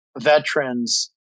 veterans